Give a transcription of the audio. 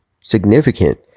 significant